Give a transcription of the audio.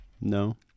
No